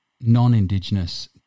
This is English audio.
non-Indigenous